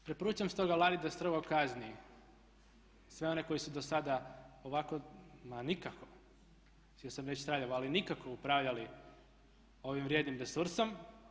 Preporučam stoga Vladi da strogo kazni sve one koji su do sada ovako ma nikako, htio sam reći traljavo, ali nikako upravljali ovim vrijednim resursom.